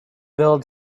build